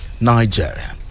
Nigeria